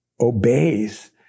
obeys